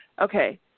okay